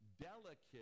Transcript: delicate